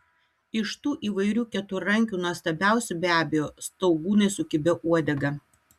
iš tų įvairių keturrankių nuostabiausi be abejo staugūnai su kibia uodega